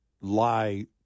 lie